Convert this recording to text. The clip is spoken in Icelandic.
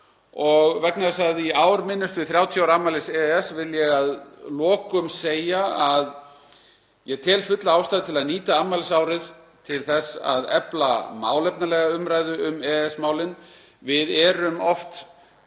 Vegna þess að í ár minnumst við 30 ára afmælis EES vil ég að lokum segja að ég tel fulla ástæðu til að nýta afmælisárið til þess að efla málefnalega umræðu um EES-málin. Við erum oft